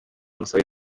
musabe